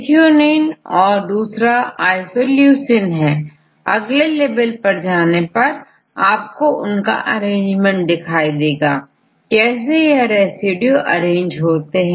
यहां हमें amino acid का जुड़ाव दिख रहा है अगले लेवल पर देखने पर आपको इनका अरेंजमेंट दिखेगा कि कैसे यह रेसिड्यू अरेंज है